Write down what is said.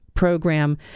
program